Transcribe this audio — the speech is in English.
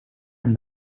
and